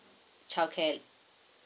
childcare